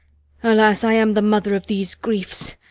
alas, i am the mother of these griefs!